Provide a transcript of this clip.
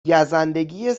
گزندگی